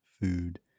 food